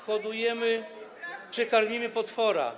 hodujemy czy karmimy potwora.